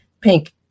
pink